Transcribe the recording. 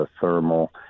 thermal